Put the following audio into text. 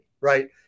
Right